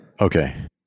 Okay